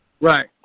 right